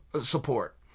support